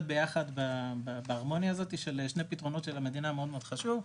ביחד בהרמוניה הזאת של שני פתרונות שלמדינה מאוד חשוב,